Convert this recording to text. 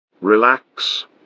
relax